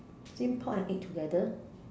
steam pork and egg together